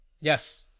Yes